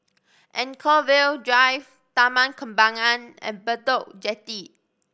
Anchorvale Drive Taman Kembangan and Bedok Jetty